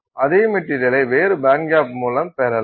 அதே மெட்டீரியலை வேறு பேண்ட்கேப் மூலம் பெறலாம்